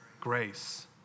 grace